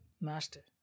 master